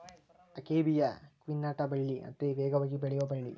akebia quinata ಬಳ್ಳಿ ಅತೇ ವೇಗವಾಗಿ ಬೆಳಿಯು ಬಳ್ಳಿ